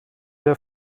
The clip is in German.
der